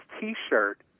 T-shirt